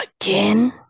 Again